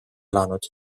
elanud